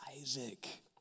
Isaac